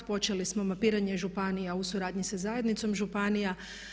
Počeli smo mapiranje županija u suradnji sa zajednicom županija.